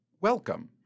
welcome